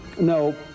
No